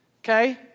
Okay